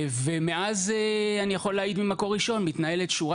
ומאז אני יכול להעיד ממקור ראשון שמתנהלים שורה